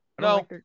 No